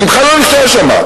אני בכלל לא נמצא שם.